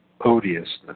odiousness